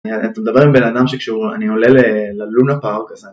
אתה מדבר עם בן אדם שכשהוא... אני עולה ללונה פארק אז אני...